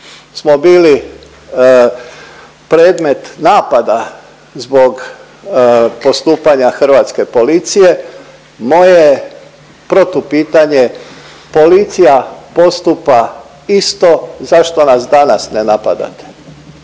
smo bili predmet napada zbog postupanja hrvatske policije. Moje protupitanje, policija postupa isto zašto nas danas ne napadate